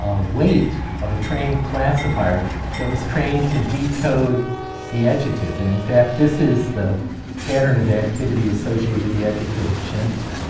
weight of a trained classifier that was trained to decode the adjective. and, in fact, this is the pattern of activity associated with the adjective gentle.